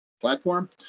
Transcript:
platform